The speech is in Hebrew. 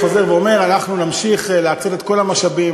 אתם נלחמים נגדנו במלחמה פיזית,